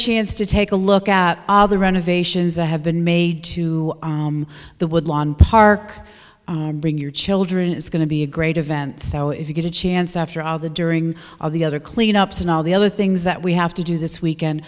chance to take a look at all the renovations i have been made to the woodland park bring your children is going to be a great event so if you get a chance after all the during all the other clean ups and all the other things that we have to do this weekend